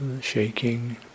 Shaking